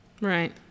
Right